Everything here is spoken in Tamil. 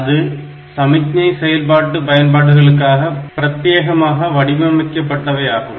அது சமிக்ஞை செயல்பாட்டு பயன்பாடுளுக்காக பிரத்தியேகமாக வடிவமைக்கபட்டவையாகும்